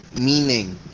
meaning